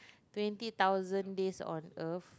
twenty thousand days on Earth